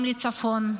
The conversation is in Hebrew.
גם לצפון.